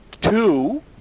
two